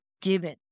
given